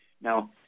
Now